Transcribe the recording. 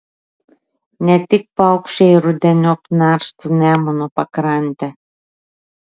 ne tik paukščiai rudeniop narsto nemuno pakrantę